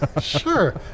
Sure